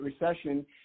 Recession